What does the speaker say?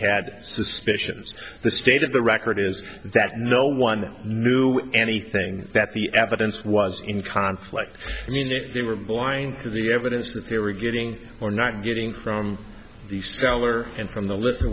had suspicions the state of the record is that no one knew anything that the evidence was in conflict and if they were blind to the evidence that they were getting or not getting from the seller and from the li